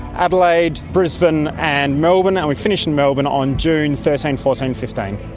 adelaide, brisbane and melbourne, and we finish in melbourne on june thirteen, fourteen, fifteen.